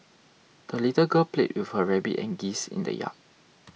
the little girl played with her rabbit and geese in the yard